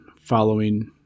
following